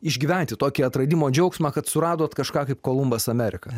išgyventi tokį atradimo džiaugsmą kad suradot kažką kaip kolumbas ameriką